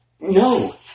No